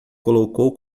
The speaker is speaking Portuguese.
colocou